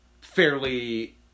fairly